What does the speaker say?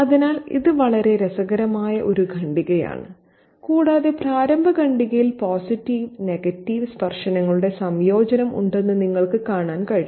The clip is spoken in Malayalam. അതിനാൽ ഇത് വളരെ രസകരമായ ഒരു ഖണ്ഡികയാണ് കൂടാതെ പ്രാരംഭ ഖണ്ഡികയിൽ പോസിറ്റീവ് നെഗറ്റീവ് സ്പർശനങ്ങളുടെ സംയോജനം ഉണ്ടെന്ന് നിങ്ങൾക്ക് കാണാൻ കഴിയും